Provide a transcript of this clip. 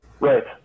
right